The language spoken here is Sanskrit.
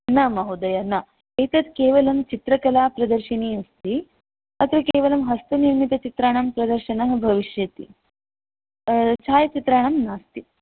न महोदय न एतत् केवलं चित्रकलाप्रदर्शिनी अस्ति अत्र केवलं हस्तनिर्मितचित्राणां प्रदर्शनं भविष्यति छायाचित्राणां नास्ति